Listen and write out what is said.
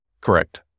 Correct